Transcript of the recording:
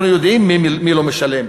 אנחנו יודעים מי לא משלם: